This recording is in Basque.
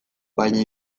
baina